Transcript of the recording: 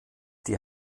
die